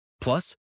Plus